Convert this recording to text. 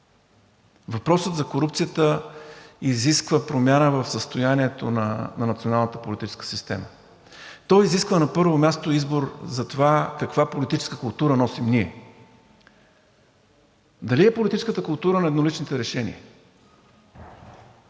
Въпросът за корупцията изисква промяна в състоянието на националната политическа система. Той изисква, на първо място, за това каква политическа култура носим ние. Дали е политическата култура на едноличните решения,